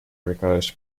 requires